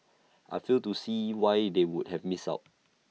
I fail to see why they would have missed out